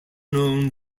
known